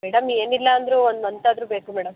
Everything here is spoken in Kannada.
ಮೇಡಮ್ ಏನಿಲ್ಲ ಅಂದರೂ ಒಂದು ಮಂತ್ ಆದರೂ ಬೇಕು ಮೇಡಮ್